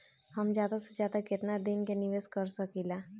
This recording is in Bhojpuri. हम ज्यदा से ज्यदा केतना दिन के निवेश कर सकिला?